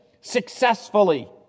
successfully